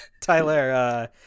Tyler